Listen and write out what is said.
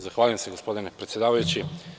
Zahvaljujem se, gospodine predsedavajući.